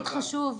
מאוד חשוב.